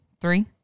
Three